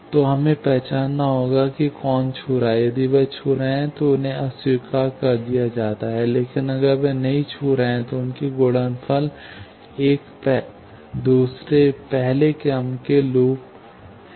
तो हमें पहचानना होगा कि कौन छू रहा है यदि वे छू रहे हैं तो उन्हें अस्वीकार कर दिया जाता है लेकिन अगर वे नहीं छू रहे हैं दो लूप तो उनके गुणनफल एक दूसरे पहले क्रम के के लूप है